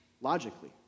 logically